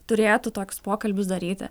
turėtų tokius pokalbius daryti